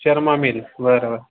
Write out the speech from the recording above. शर्मा मिल बरं बरं